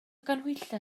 ganhwyllau